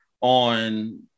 on